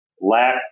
lack